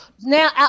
now